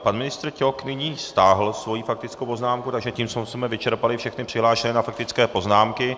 Pan ministr Ťok nyní stáhl svoji faktickou poznámku, takže tím jsme vyčerpali všechny přihlášené na faktické poznámky.